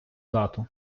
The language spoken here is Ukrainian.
дату